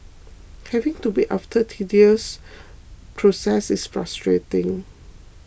having to wait after the tedious process is frustrating